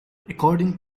according